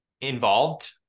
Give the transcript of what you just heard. involved